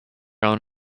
own